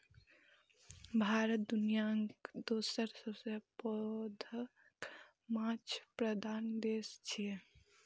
भारत दुनियाक दोसर सबसं पैघ माछ उत्पादक देश छियै